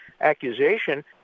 Accusation